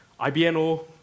IBNO